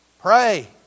pray